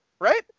right